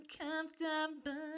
Uncomfortable